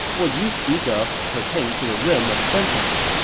what you speak of pertains to the realm of sentiment.